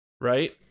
right